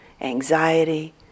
anxiety